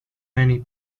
many